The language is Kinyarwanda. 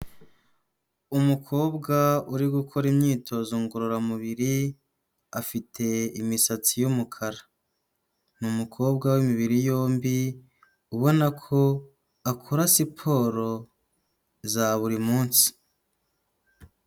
Umukobwa uri gukora imyitozo ngororamubiri, afite imisatsi y'umukara, ni umukobwa w'imibiri yombi, ubona ko akora siporo za buri munsi.